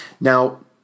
Now